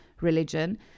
religion